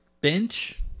Bench